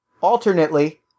alternately